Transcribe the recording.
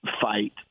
fight